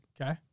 Okay